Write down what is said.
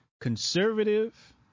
Conservative